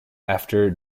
after